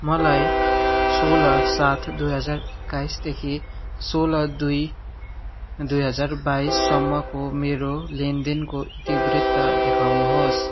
मलाई सोह्र सात दुई हजार एक्काइसदेखि सोह्र दुई दुई हजार बाइससम्मको मेरो लेनदेनको इतिवृत्त देखाउनुहोस्